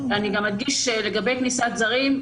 אני גם אדגיש לגבי כניסת זרים,